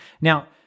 Now